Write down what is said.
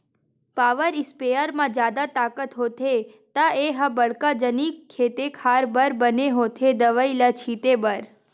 power sprayer म जादा ताकत होथे त ए ह बड़का जनिक खेते खार बर बने होथे दवई ल छिते बर